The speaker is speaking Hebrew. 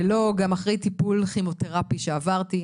ולא גם אחרי טיפול כימותרפי שעברתי,